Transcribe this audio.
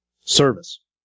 Service